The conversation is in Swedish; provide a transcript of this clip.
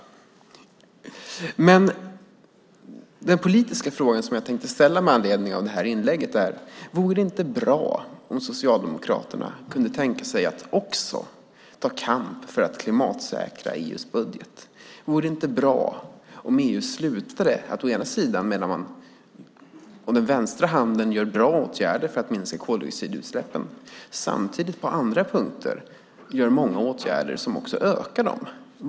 De politiska frågor jag tänkte ställa med anledning av det här inlägget är: Vore det inte bra om Socialdemokraterna kunde tänka sig att också ta kamp för att klimatsäkra EU:s budget? Vore det inte bra om EU slutade att å ena sidan vidta bra åtgärder för att minska koldioxidutsläppen samtidigt som man å andra sidan vidtar många åtgärder som också ökar dem?